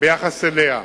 ביחס אליה.